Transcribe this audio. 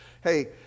Hey